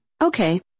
Okay